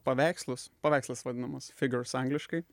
paveikslus paveikslas vadinamas figers angliškai